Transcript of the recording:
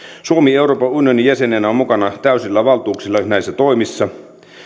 suomi euroopan unionin jäsenenä on mukana täysillä valtuuksilla näissä toimissa